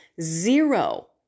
zero